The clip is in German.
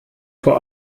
vor